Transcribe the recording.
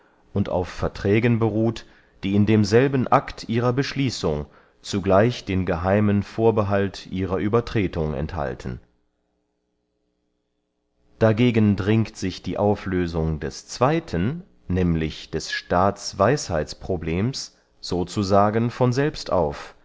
und auf verträgen beruht die in demselben akt ihrer beschließung zugleich den geheimen vorbehalt ihrer uebertretung enthalten dagegen dringt sich die auflösung des zweyten nämlich des staatsweisheitsproblems so zu sagen von selbst auf